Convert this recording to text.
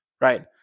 right